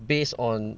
based on